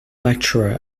lecturer